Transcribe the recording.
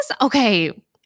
okay